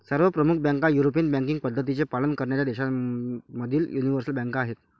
सर्व प्रमुख बँका युरोपियन बँकिंग पद्धतींचे पालन करणाऱ्या देशांमधील यूनिवर्सल बँका आहेत